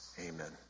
Amen